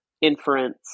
inference